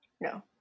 No